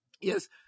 yes